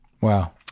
Wow